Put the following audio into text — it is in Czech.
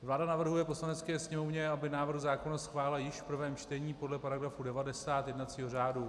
Vláda navrhuje Poslanecké sněmovně, aby návrh zákona schválila již v prvém čtení podle § 90 jednacího řádu.